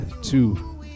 two